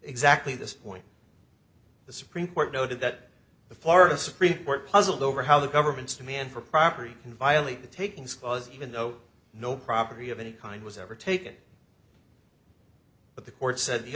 exactly this point the supreme court noted that the florida supreme court puzzled over how the government's demand for property can violate the takings clause even though no property of any kind was ever taken but the court said the